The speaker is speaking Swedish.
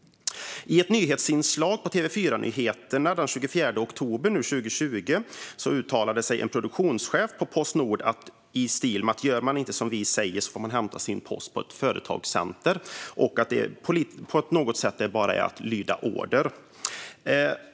I ett nyhetsinslag i TV4-nyheterna den 24 oktober 2020 uttalade sig en produktionschef på Postnord i stil med: Gör man inte som vi säger får man hämta sin post på ett företagscenter, och det är bara att lyda order.